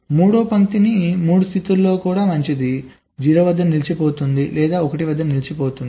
మూడవ పంక్తి 3 రాష్ట్రాల్లో కూడా మంచిది 0 వద్ద నిలిచిపోతుంది లేదా 1 వద్ద నిలిచిపోతుంది